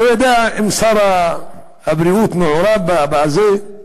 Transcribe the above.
לא יודע אם שר הבריאות מעורב בזה,